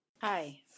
Hi